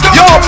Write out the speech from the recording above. yo